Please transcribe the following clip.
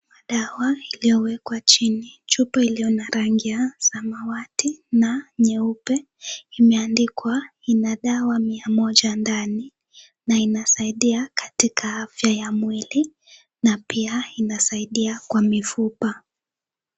Dawa iliyowekwa chini, chupa iliyo na rangi ya samawati na nyeupe, imeandikwa ina dawa mia moja ndani na inasaidia katika afya ya mwili na pia inasaidia kwa mifupa.